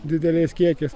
dideliais kiekiais